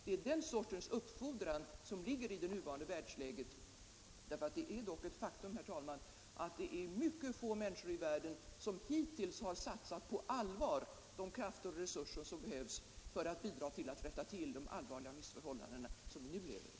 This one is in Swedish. Det är den sortens uppfordran som ligger i det nuvarande världsläget. Det är dock ett faktum, herr talman, att få människor i världen hittills på allvar har satsat de krafter och resurser som behövs för att bidra till att rätta till de svåra missförhållanden som vi nu lever i.